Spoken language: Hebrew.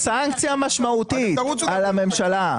זאת סנקציה משמעותית על הממשלה.